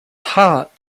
heart